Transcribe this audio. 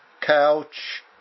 couch